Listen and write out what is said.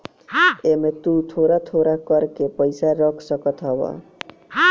एमे तु थोड़ थोड़ कर के पैसा रख सकत हवअ